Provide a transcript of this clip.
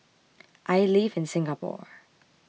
I live in Singapore